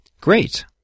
Great